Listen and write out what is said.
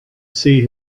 see